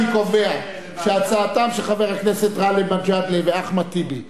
אני קובע שהצעותיהם של חברי הכנסת גאלב מג'אדלה ואחמד טיבי בנושא: